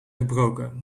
gebroken